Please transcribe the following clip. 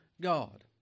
God